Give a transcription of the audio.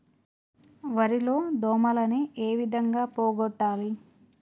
వరి లో దోమలని ఏ విధంగా పోగొట్టాలి?